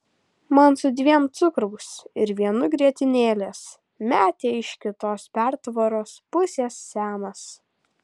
man su dviem cukraus ir vienu grietinėlės metė iš kitos pertvaros pusės semas